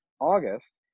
August